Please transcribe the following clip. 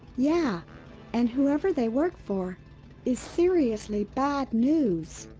yeah and whoever they work for is seriously bad news.